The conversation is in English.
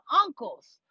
uncles